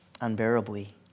unbearably